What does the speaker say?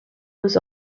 was